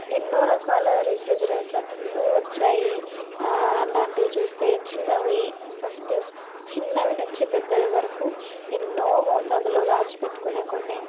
ఎన్నో రకాల రిఫ్రిజిరేటర్లు వచ్చాయి అలాంటివి చూస్తే చిన్నవి ఫస్టు చిన్నవి నుంచి పెద్దవి వరకు ఎన్నో మోతాదులో దాచి పెట్టుకొనే కొన్ని